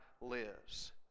lives